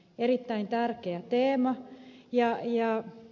erittäin tärkeä teema